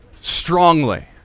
strongly